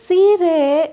ಸೀರೆ